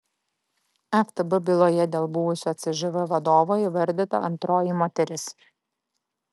ftb byloje dėl buvusio cžv vadovo įvardyta antroji moteris